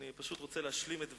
אני פשוט רוצה להשלים את דברי.